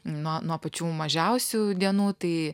nuo nuo pačių mažiausių dienų tai